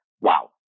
wow